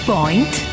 Point